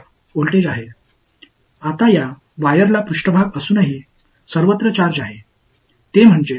இந்த கம்பிக்கு மேற்பரப்பு இருந்தாலும் எல்லா இடங்களிலும் சார்ஜ் உள்ளது